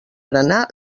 berenar